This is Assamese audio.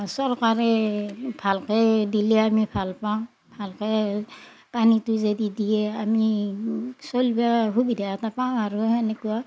চৰকাৰে ভালকে দিলে আমি ভাল পাওঁ ভালকে পানীটো যদি দিয়ে আমি চলবা সুবিধা এটা পাওঁ আৰু সেনেকুৱা